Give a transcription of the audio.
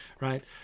right